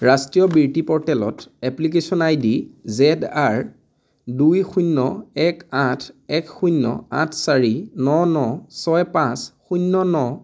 ৰাষ্ট্ৰীয় বৃত্তি পৰ্টেলত এপ্লিকেশ্যন আইডি যেদ আৰ দুই শূন্য এক আঠ এক শূন্য আঠ চাৰি ন ন ছয় পাঁচ শূন্য ন